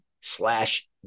slash